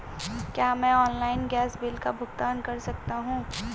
क्या मैं online gas bill का भुगतान कर सकता हूँ?